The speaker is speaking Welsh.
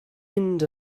mynd